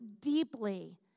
deeply